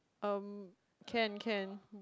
um can can